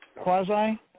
quasi